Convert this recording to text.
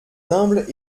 humbles